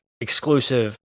exclusive